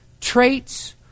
traits